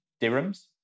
dirhams